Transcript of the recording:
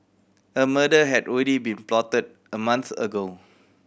a murder had already been plotted a month ago